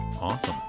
Awesome